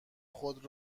خود